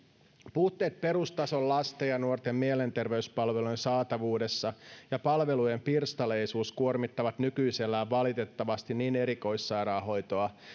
puutteet perustason lasten ja nuorten mielenterveyspalvelujen saatavuudessa ja palvelujen pirstaleisuus kuormittavat nykyisellään valitettavasti niin erikoissairaanhoitoa